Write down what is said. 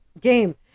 game